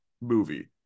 movie